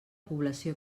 població